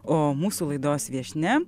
o mūsų laidos viešnia